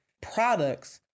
products